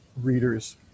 readers